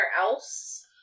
else